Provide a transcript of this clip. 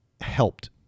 Helped